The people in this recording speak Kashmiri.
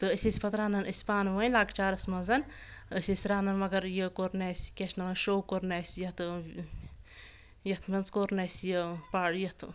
تہٕ أسۍ ٲسۍ پتہٕ رَنان أسۍ پانہٕ ؤنۍ لکچارس منٛز أسۍ ٲسۍ رنان مگر یہِ کوٚر نہٕ اَسہِ کیٛاہ چھِ نہَ وَنان شو کوٚر نہٕ اَسہِ یَتھ یَتھ منٛز کوٚر نہٕ اَسہِ یہِ پا یَتھ